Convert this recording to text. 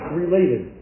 related